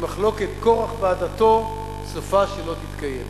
כמחלוקת קורח ועדתו, סופה שלא תתקיים.